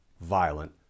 violent